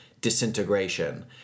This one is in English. disintegration